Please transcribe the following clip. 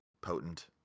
potent